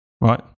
right